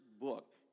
book